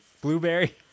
Blueberry